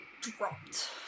Dropped